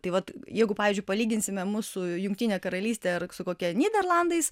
tai vat jeigu pavyzdžiui palyginsime mūsų jungtinę karalystę ar su kokia nyderlandais